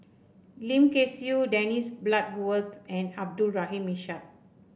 Lim Kay Siu Dennis Bloodworth and Abdul Rahim Ishak